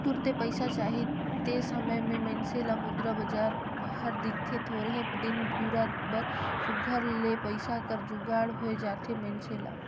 तुरते पइसा चाही ते समे में मइनसे ल मुद्रा बजार हर दिखथे थोरहें दिन दुरा बर सुग्घर ले पइसा कर जुगाड़ होए जाथे मइनसे ल